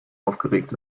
aufgeregt